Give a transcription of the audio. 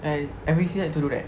and N_P_C like to do that